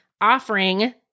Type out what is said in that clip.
offering